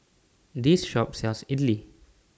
This Shop sells Idly